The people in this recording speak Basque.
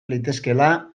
litezkeela